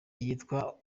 yitwa